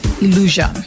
illusion